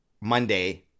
Monday